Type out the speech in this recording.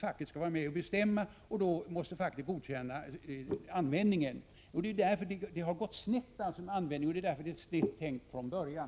Facket skall vara med och bestämma och godkänna hur pengarna används. Det har gått snett när det gäller användningen av dessa fonder — det hela var snett tänkt från början.